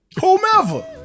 whomever